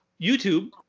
YouTube